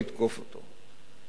לתקוף אותו.